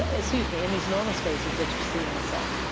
excuse me, in these northern spaces that you see in the south.